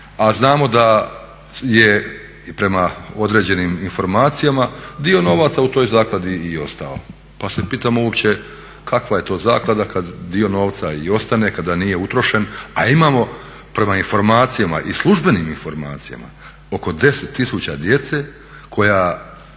a znamo da je prema određenim informacijama dio novaca u toj zakladi i ostao. Pa se pitam uopće kakva je to zaklada kad dio novca i ostane, kada nije utrošen a imamo prema informacijama i službenim informacijama oko 10 tisuća djece koja